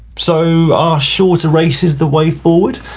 so are shorter races the way forward?